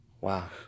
Wow